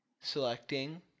selecting